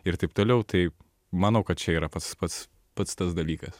ir taip toliau tai manau kad čia yra pats pats pats tas dalykas